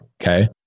Okay